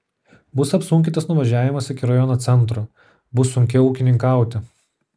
bus apsunkintas nuvažiavimas iki rajono centro bus sunkiau ūkininkauti